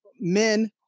men